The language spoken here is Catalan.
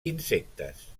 insectes